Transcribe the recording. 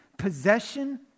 possession